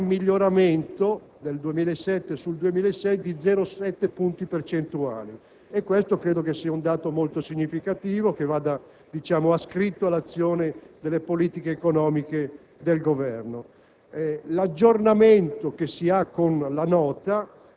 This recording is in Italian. In ogni caso, va ricordato che c'è un miglioramento del 2007 sul 2006 di 0,7 punti percentuali: credo si tratti di un dato molto significativo, che va ascritto alle azioni di politica economica del Governo.